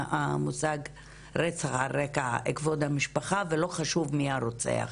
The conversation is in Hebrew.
המושג רצח על רקע כבוד המשפחה ולא חשוב מי הרוצח.